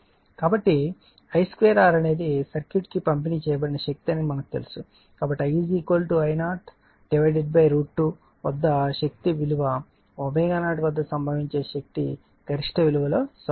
కాబట్టి I2R అనేది సర్క్యూట్కు పంపిణీ చేయబడిన శక్తి అని మనకు తెలుసు కాబట్టి I I0 √ 2 వద్ద శక్తి విలువ ω0 వద్ద సంభవించే శక్తి గరిష్ట విలువ లో సగం ఉంటుంది